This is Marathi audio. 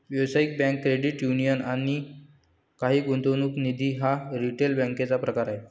व्यावसायिक बँक, क्रेडिट युनियन आणि काही गुंतवणूक निधी हा रिटेल बँकेचा प्रकार आहे